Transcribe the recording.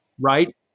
right